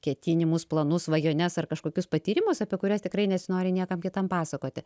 ketinimus planus svajones ar kažkokius patyrimus apie kuriuos tikrai nesinori niekam kitam pasakoti